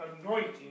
anointing